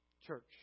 Church